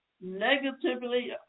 negatively